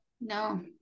no